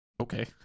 Okay